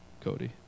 Cody